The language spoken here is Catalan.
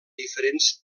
diferents